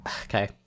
okay